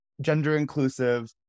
gender-inclusive